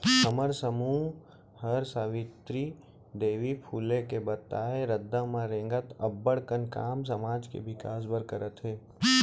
हमर समूह हर सावित्री देवी फूले के बताए रद्दा म रेंगत अब्बड़ कन काम समाज के बिकास बर करत हे